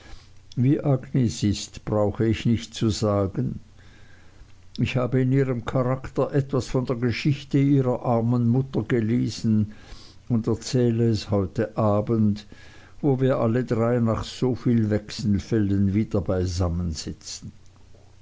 wie agnes ist brauche ich nicht zu sagen ich habe in ihrem charakter etwas von der geschichte ihrer armen mutter gelesen und erzähle es heute abends wo wir alle drei nach soviel wechselfällen wieder